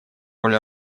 роль